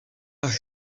ach